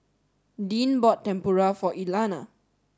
Deann bought Tempura for Elana